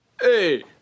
Hey